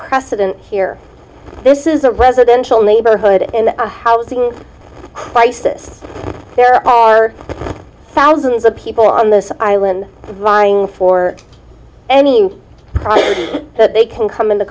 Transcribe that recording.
precedent here this is a residential neighborhood and a housing crisis there are thousands of people on this island vying for anything that they can come into